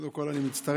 קודם כול אני מצטרף